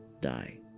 die